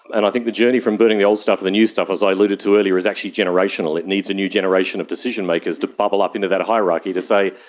and i think the journey from burning the old stuff to the new stuff, as i alluded to earlier, is actually generational, it needs a new generation of decision-makers to bubble up into that hierarchy to say,